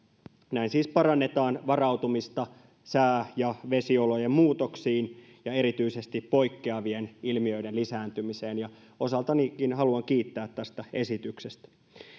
näin siis parannetaan varautumista sää ja vesiolojen muutoksiin ja erityisesti poikkeavien ilmiöiden lisääntymiseen osaltanikin haluan kiittää tästä esityksestä